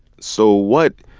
so what,